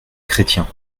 chrétien